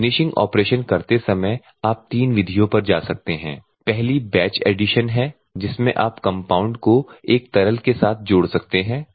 तो finishing operation करते समय आप 3 विधियों पर जा सकते हैं पहली बैच एडिशन है जिसमें आप कम्पाउन्ड को एक तरल के साथ जोड़ सकते हैं